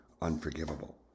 unforgivable